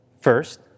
first